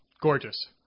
Gorgeous